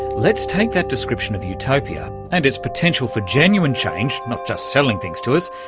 let's take that description of utopia and its potential for genuine change, not just selling things to us,